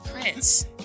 Prince